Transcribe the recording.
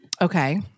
Okay